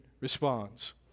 responds